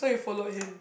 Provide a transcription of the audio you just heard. so you followed him